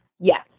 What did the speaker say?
Yes